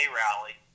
rally